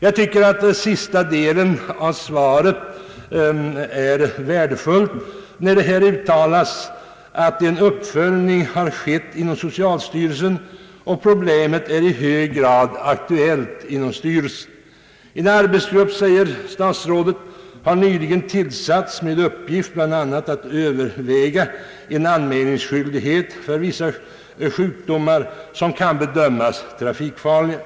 Jag tycker att vad som sägs i sista delen av svaret är värdefullt. Där utta las att en uppföljning har skett inom socialstyrelsen och att problemet är i hög grad aktuellt inom styrelsen. En arbetsgrupp har nyligen tillsatts, säger statsrådet, med uppgift bl.a. ait överväga en anmälningsskyldighet beträffande vissa sjukdomar som kan bedömas vara trafikfarliga.